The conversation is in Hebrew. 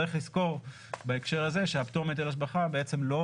צריך לזכור בהקשר הזה שהפטור מהיטל השבחה בעצם לא